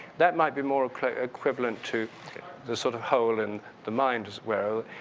that might be more equivalent to the sort of whole in the mind, as well.